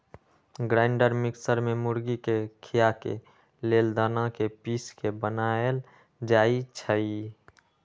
grinder mixer में मुर्गी के खियाबे लेल दना के पिस के बनाएल जाइ छइ